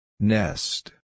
Nest